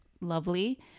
lovely